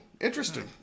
Interesting